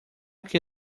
que